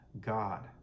god